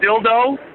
dildo